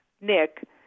Nick